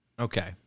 Okay